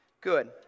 Good